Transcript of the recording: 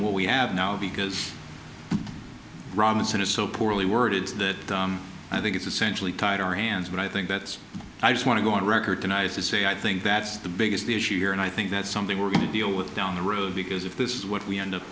what we have now because robinson is so poorly worded that i think it's essentially tied our hands but i think that's i just want to go on record tonight is to say i think that's the biggest the issue here and i think that's something we're going to deal with down the road because if this is what we end up